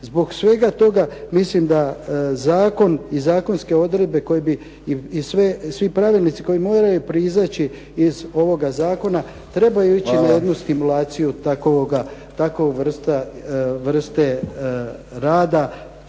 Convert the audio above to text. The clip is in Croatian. Zbog svega toga mislim da zakon i zakonske odredbe koje bi i svi pravilnici koji moraju proizaći iz ovoga zakona, trebaju ići na jednu stimulaciju takove vrste rada